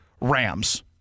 Rams